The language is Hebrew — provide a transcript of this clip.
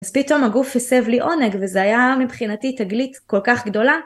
אז פתאום הגוף הסב לי עונג, וזה היה מבחינתי תגלית כל כך גדולה.